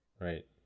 right